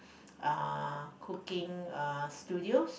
uh cooking studios